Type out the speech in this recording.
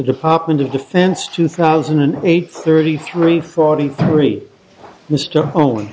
department of defense two thousand and eight thirty three forty three